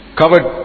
covered